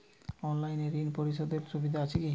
অনলাইনে ঋণ পরিশধের সুবিধা আছে কি?